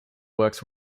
works